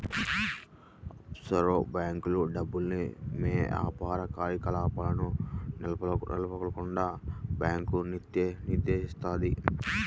offshore బ్యేంకుల్లో డబ్బుల్ని యే యాపార కార్యకలాపాలను నెలకొల్పకుండా బ్యాంకు నిషేధిత్తది